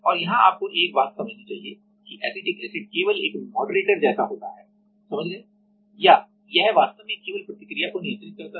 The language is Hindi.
और यहां आपको एक बात समझनी चाहिए कि एसिटिक एसिड केवल एक मॉडरेटर जैसा होता है समझ गए या यह वास्तव में केवल प्रतिक्रिया को नियंत्रित करता है